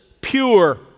pure